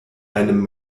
einem